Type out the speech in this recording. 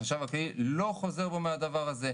החשב הכללי לא חוזר בו מהדבר הזה.